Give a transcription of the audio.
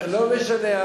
לא משנה.